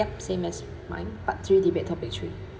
yup same as mine part three debate topic three